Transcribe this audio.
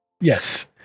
Yes